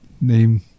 name